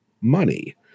money